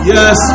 Yes